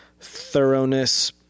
thoroughness